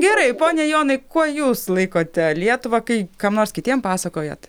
gerai pone jonai kuo jūs laikote lietuvą kai kam nors kitiem pasakojat